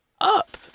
up